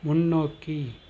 முன்னோக்கி